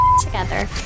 together